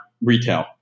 retail